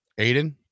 Aiden